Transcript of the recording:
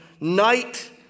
night